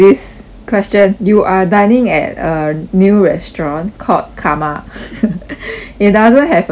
question you are dining at a new restaurant called karma it doesn't have a menu